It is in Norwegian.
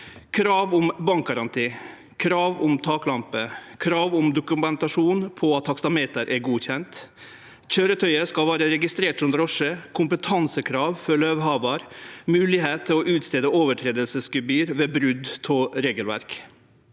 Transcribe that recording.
krav om bankgaranti, krav om taklampe, krav om dokumentasjon på at taksameteret er godkjent, køyretøyet skal vere registrert som drosje, kompetansekrav for løyvehavar, moglegheit til å skrive ut gebyr ved brot på regelverket.